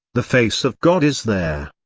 the face of god is there.